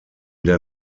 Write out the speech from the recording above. der